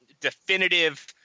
definitive